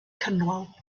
cynwal